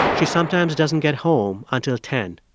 she sometimes doesn't get home until ten.